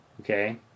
Okay